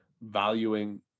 valuing